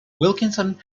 wilkinson